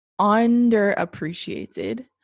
underappreciated